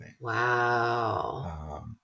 Wow